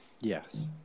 yes